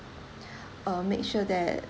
uh make sure that